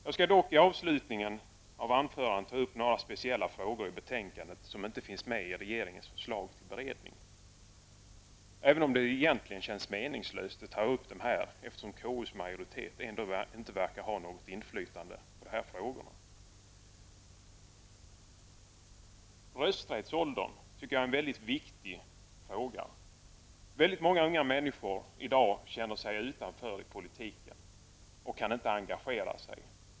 Jag skall dock i avslutningen av anförandet ta upp några speciella frågor i betänkandet som inte finns med i regeringens förslag till beredning, även om det egentligen känns meningslöst att ta upp dem här eftersom KUs majoritet ändå inte verkar ha något inflytande i dessa frågor. Rösträttsåldern är också en mycket viktig fråga. Väldigt många unga människor i dag känner sig utanför politiken och kan inte engagera sig.